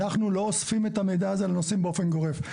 אנחנו לא אוספים את המידע הזה על נוסעים באופן גורף.